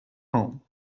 home